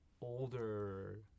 older